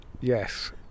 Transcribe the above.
Yes